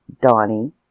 Donnie